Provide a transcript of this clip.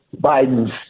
biden's